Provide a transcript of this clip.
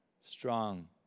strong